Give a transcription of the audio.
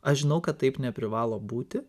aš žinau kad taip neprivalo būti